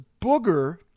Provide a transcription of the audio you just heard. Booger